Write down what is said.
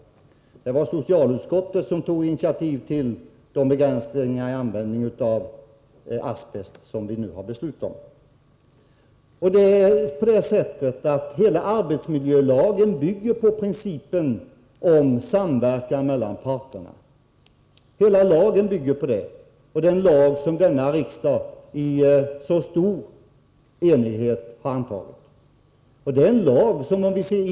Det var socialutskottet som tog initiativ till de begränsningar i användningen av asbest som riksdagen har fattat beslut om. Arbetsmiljölagen, som denna riksdag i så stor enighet har antagit, bygger på principen om samverkan mellan parterna.